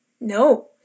no